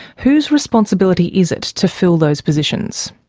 whose responsibility is it to fill those positions?